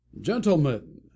gentlemen